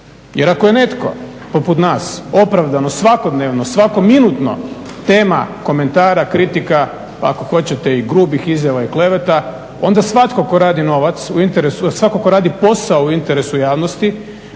Jer ako je netko poput nas opravdano svakodnevno, svako minutno tema komentara, kritika, pa ako hoćete i grubih izjava i kleveta onda svatko tko radi novac, svatko tko